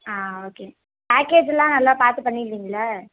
ஆ okay பேக்கேஜுலாம் நல்லா பார்த்து பண்ணிடுவிங்கள